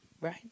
right